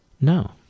No